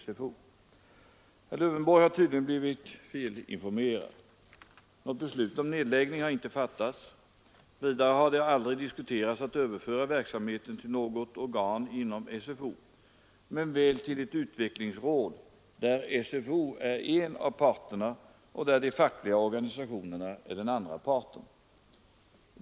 Herr Lövenborg har tydligen blivit felinformerad. Något beslut om nedläggning har inte fattats. Vidare har det aldrig diskuterats att överföra verksamheten till något organ inom SFO men väl till ett utvecklingsråd, där SFO är en av parterna och där de fackliga organisationerna är den andra parten.